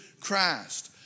Christ